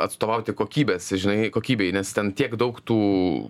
atstovauti kokybės žinai kokybei nes ten tiek daug tų